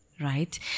right